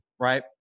right